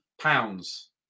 pounds